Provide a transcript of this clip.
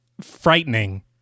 frightening